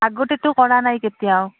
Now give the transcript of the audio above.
আগতেতো কৰা নাই কেতিয়াও